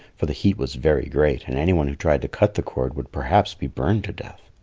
for the heat was very great and any one who tried to cut the cord would perhaps be burned to death.